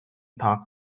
park